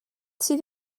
sydd